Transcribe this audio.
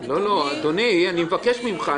אדוני, אני מבקש ממך.